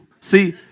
See